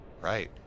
Right